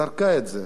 זרקה את זה.